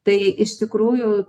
tai iš tikrųjų